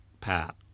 Pat